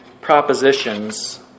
propositions